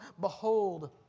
Behold